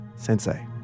Sensei